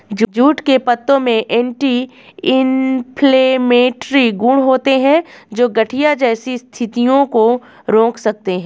jute के पत्तों में एंटी इंफ्लेमेटरी गुण होते हैं, जो गठिया जैसी स्थितियों को रोक सकते हैं